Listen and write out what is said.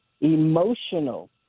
emotional